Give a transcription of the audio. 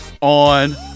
on